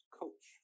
coach